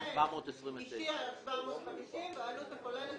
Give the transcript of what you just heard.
726. אנחנו הודענו לוועדה על 750 והעלות הכוללת